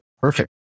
Perfect